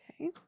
Okay